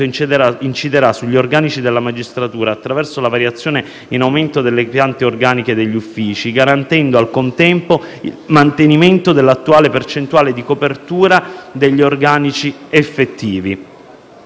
inciderà sugli organici della magistratura attraverso la variazione in aumento delle piante organiche degli uffici garantendo, al contempo, il mantenimento dell'attuale percentuale di copertura degli organici effettivi.